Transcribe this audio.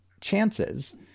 chances